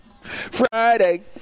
Friday